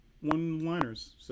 one-liners